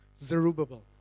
Zerubbabel